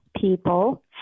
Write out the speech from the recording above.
people